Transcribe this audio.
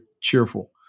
cheerful